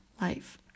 life